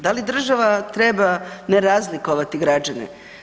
Da li država treba ne razlikovati građane?